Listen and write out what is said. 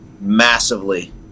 Massively